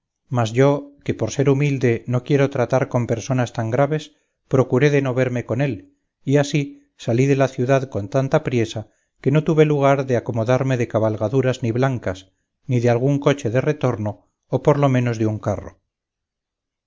mas yo que por ser humilde no quiero tratar con personas tan graves procuré de no verme con él y así salí de la ciudad con tanta priesa que no tuve lugar de acomodarme de cabalgaduras ni blancas ni de algún coche de retorno o por lo menos de un carro